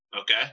Okay